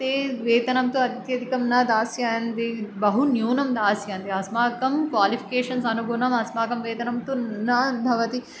ते वेतनं तु अत्यधिकं न दास्यन्ति बहु न्यूनं दास्यन्ति अस्माकं क्वालिफ़िकेषन्स् अनुगुनम् अस्माकं वेतनं तु न भवति